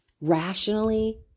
Rationally